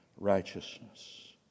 Righteousness